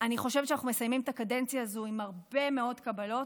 אני חושבת שאנחנו מסיימים את הקדנציה הזו עם הרבה מאוד קבלות.